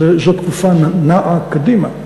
זאת תקופה נעה קדימה,